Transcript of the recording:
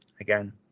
again